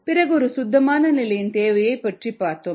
பிறகு ஒரு சுத்தமான நிலையின்தேவையைப் பற்றி பார்த்தோம்